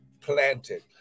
planted